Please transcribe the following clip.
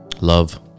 Love